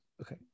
Okay